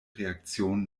reaktion